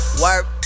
work